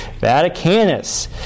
Vaticanus